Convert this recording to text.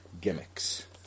gimmicks